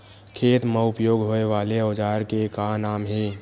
खेत मा उपयोग होए वाले औजार के का नाम हे?